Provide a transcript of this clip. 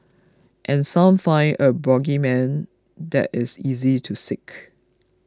and some find a bogeyman that is easy to seek